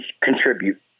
contribute